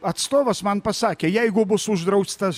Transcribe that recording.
atstovas man pasakė jeigu bus uždraustas